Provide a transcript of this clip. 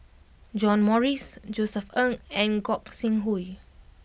John Morrice Josef Ng and Gog Sing Hooi